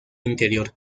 interior